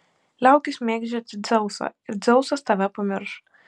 liaukis mėgdžioti dzeusą ir dzeusas tave pamirš